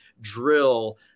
drill